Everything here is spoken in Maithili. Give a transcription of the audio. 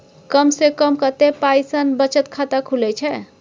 कम से कम कत्ते पाई सं बचत खाता खुले छै?